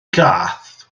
gath